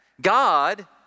God